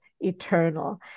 eternal